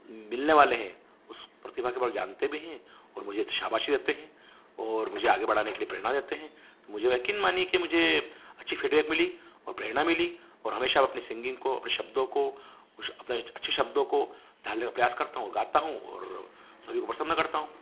मिलने वाले हैं उस प्रतिभा के बारे में जानते भी हैं और मुझे शाबाशी देते हैं और मुझे आगे बढ़ाने के लिए प्रेरणा देते हैं तो मुझे यकीन मानिए कि मुझे अच्छी फीडबैक मिली और प्रेरणा मिली और हमेशा अपने सिंगिंग को अपने शब्दों को कुछ अपने अच्छे शब्दों को ढालने का प्रयास करता हूँ और गाता हूँ और सभी को प्रसन्न करता हूँ